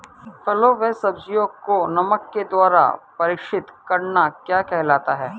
फलों व सब्जियों को नमक के द्वारा परीक्षित करना क्या कहलाता है?